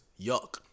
Yuck